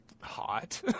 hot